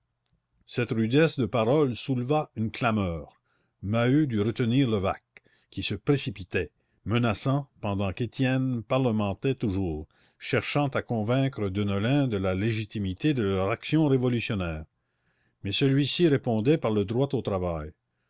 cette rudesse de parole souleva une clameur maheu dut retenir levaque qui se précipitait menaçant pendant qu'étienne parlementait toujours cherchant à convaincre deneulin de la légitimité de leur action révolutionnaire mais celui-ci répondait par le droit au travail